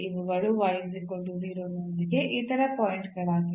ಇವುಗಳು ನೊಂದಿಗೆ ಇತರ ಪಾಯಿಂಟ್ ಗಳಾಗಿವೆ